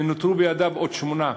ונותרו בידיו עוד שמונה.